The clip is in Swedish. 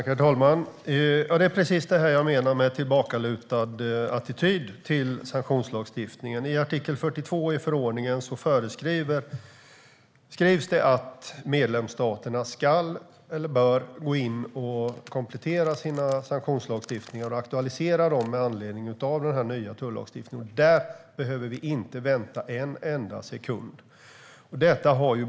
Herr talman! Det är precis det här jag menar med en tillbakalutad attityd till sanktionslagstiftningen. I artikel 42 i förordningen föreskrivs det att medlemsstaterna ska eller bör gå in och komplettera sina sanktionslagstiftningar och aktualisera dem med anledningen av den nya tullagstiftningen. Där behöver vi inte vänta en enda sekund.